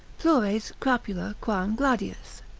plures crapula quam gladius.